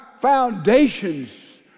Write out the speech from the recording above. foundations